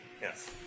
Yes